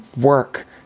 work